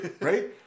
right